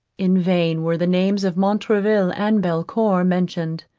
in vain were the names of montraville and belcour mentioned.